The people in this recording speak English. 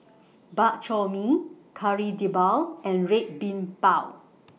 Bak Chor Mee Kari Debal and Red Bean Bao